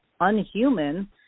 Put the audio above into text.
unhuman